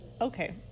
Okay